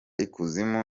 ikuzimu